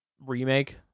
remake